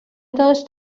داشت